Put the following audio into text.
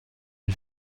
une